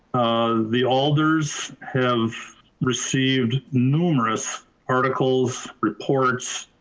the alders have received numerous articles, reports,